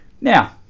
Now